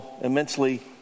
immensely